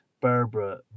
Barbara